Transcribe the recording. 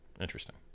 interesting